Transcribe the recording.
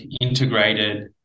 integrated